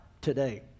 today